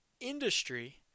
industry